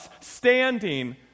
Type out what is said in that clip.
standing